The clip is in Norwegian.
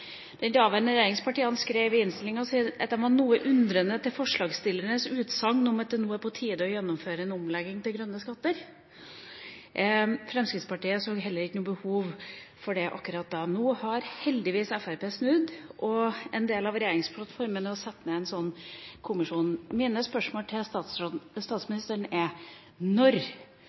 daværende regjeringspartiene skrev i innstillinga at de var noe undrende til forslagsstillernes utsagn om at det nå er på tide å gjennomføre en omlegging til grønne skatter. Fremskrittspartiet så heller ikke noe behov for det akkurat da. Nå har heldigvis Fremskrittspartiet snudd, og en del av regjeringsplattformen er å sette ned en sånn kommisjon. Mine spørsmål til statsministeren er: Når